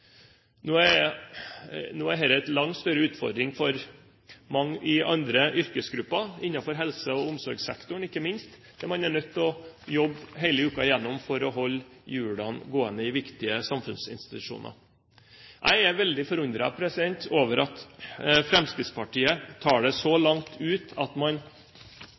Nå er dette en langt større utfordring for mange i andre yrkesgrupper – ikke minst innenfor helse- og omsorgssektoren, der man er nødt til å jobbe hele uka igjennom for å holde hjulene i gang i viktige samfunnsinstitusjoner. Jeg er veldig forundret over at Fremskrittspartiet tar det så langt ut at man